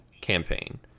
campaign